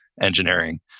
engineering